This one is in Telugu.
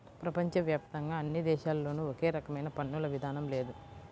ప్రపంచ వ్యాప్తంగా అన్ని దేశాల్లోనూ ఒకే రకమైన పన్నుల విధానం లేదు